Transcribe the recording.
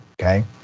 okay